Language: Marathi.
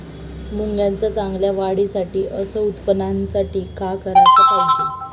मुंगाच्या चांगल्या वाढीसाठी अस उत्पन्नासाठी का कराच पायजे?